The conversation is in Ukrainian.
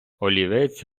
олівець